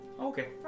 Okay